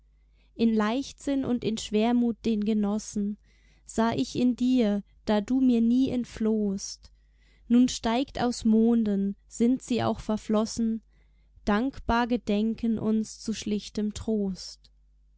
in leichtsinn und in schwermut den genossen sah ich in dir da du mir nie entflohst nun steigt aus monden sind sie auch verflossen dankbar gedenken uns zu schlichtem trost